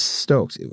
stoked